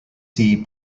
see